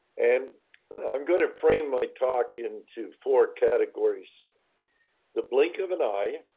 and i'm going to frame my talk into four categories the blink of an eye,